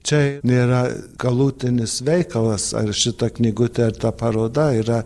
čia nėra galutinis veikalas ar šita knygutė ar ta paroda yra